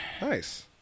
Nice